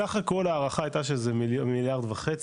זה סך הכול הערכה הייתה שזה מיליארד וחצי.